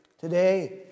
Today